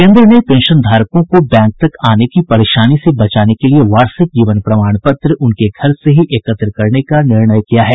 केन्द्र ने पेंशनधारकों को बैंक तक आने की परेशानी से बचाने के लिए वार्षिक जीवन प्रमाण पत्र उनके घर से ही एकत्र करने का निर्णय किया है